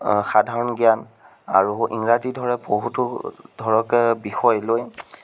সাধাৰণ জ্ঞান আৰু ইংৰাজী ধৰক বহুতো ধৰক বিষয়লৈ